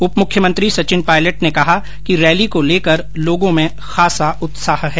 उप मुख्यमंत्री सचिन पयलट ने कहा कि रैली को लेकर लोगों में खासा उत्साह है